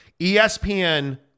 ESPN